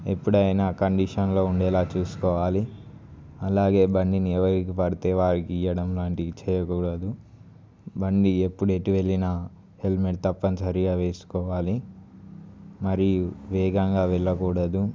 ఎప్పుడైనా కండిషన్లో ఉండేలా చూసుకోవాలి అలాగే బండిని ఎవరికి పడితే వారికి ఇవ్వడం లాంటిది చేయకూడదు బండి ఎప్పుడు ఎటు వెళ్ళినా హెల్మెట్ తప్పనిసరిగా వేసుకోవాలి మరియు వేగంగా వెళ్ళకూడదు